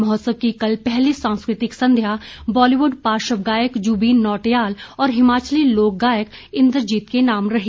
महोत्सव की कल पहली सांस्कृतिक संध्या बॉलीवुड पार्श्व गायक जुबीन नॉटियाल और हिमाचली लोक गायक इंद्रजीत के नाम रही